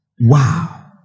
Wow